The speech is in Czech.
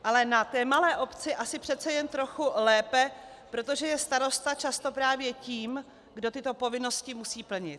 Ale na té malé obci asi přece jen trochu lépe, protože je starosta často právě tím, kdo tyto povinnosti musí plnit.